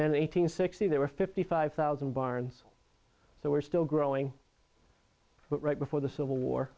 and eight hundred sixty there were fifty five thousand barns so we're still growing but right before the civil war